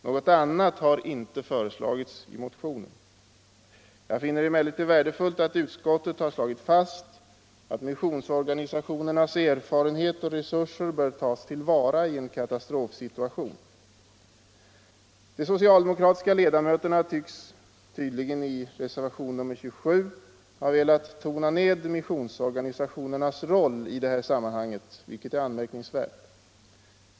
Något annat har inte föreslagits i motionen. Jag finner det emellertid värdefullt att utskottet har slagit fast att missionsorganisationernas erfarenhet och resurser bör tas till vara i en katastrofsituation. De socialdemokratiska ledamöterna tycks i reservationen 27 ha velat tona ned missionsorganisationernas roll i det här sammanhanget, vilket är anmärkningsvärt.